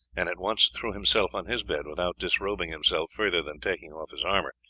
and at once threw himself on his bed without disrobing himself further than taking off his armour,